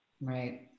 Right